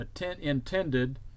intended